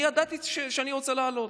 אני ידעתי שאני רוצה לעלות,